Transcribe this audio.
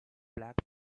black